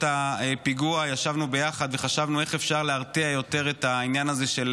הפיגוע ישבנו יחד וחשבנו איך אפשר להרתיע יותר בעניין הזה של